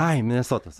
ai minesotos